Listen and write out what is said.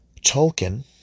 Tolkien